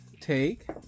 take